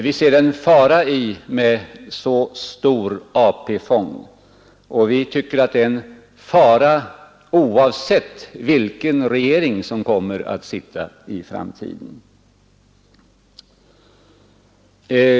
Vi ser en fara i att ha så stor AP-fond, och vi tycker att det är en fara oavsett vilken regering vi kommer att få i framtiden.